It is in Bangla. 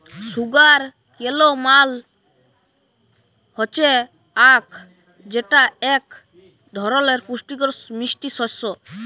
সুগার কেল মাল হচ্যে আখ যেটা এক ধরলের পুষ্টিকর মিষ্টি শস্য